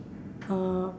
uh